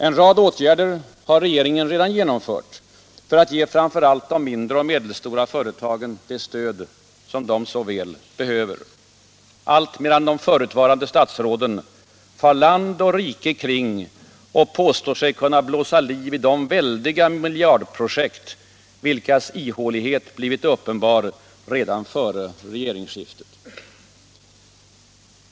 En rad åtgärder har regeringen redan genomfört för att ge framför allt de mindre och medelstora företagen det stöd som de så väl behöver. Allt medan de förutvarande statsråden far land och rike kring och påstår sig kunna blåsa liv i de väldiga miljardprojekt vilkas ihålighet blivit uppenbar redan före regeringsskiftet.